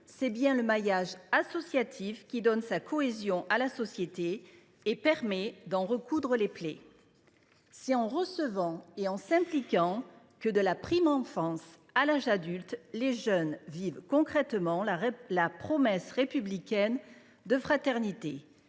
c’est bien le maillage associatif qui donne sa cohésion à la société et permet d’en recoudre les plaies. C’est en recevant de ces associations et en s’impliquant en leur sein que, de la prime enfance à l’âge adulte, les jeunes vivent concrètement la promesse républicaine de fraternité.